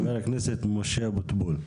חבר הכנסת משה אבוטבול.